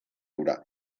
hura